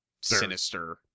sinister